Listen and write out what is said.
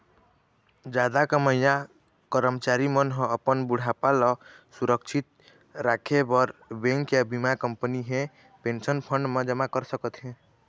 जादा कमईया करमचारी मन ह अपन बुढ़ापा ल सुरक्छित राखे बर बेंक या बीमा कंपनी हे पेंशन फंड म जमा कर सकत हे